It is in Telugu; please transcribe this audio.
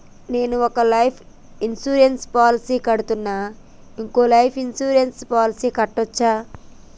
నేను ఒక లైఫ్ ఇన్సూరెన్స్ పాలసీ కడ్తున్నా, ఇంకో లైఫ్ ఇన్సూరెన్స్ పాలసీ కట్టొచ్చా?